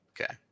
Okay